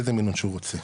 איזה מינון שהוא רוצה,